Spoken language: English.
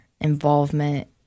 involvement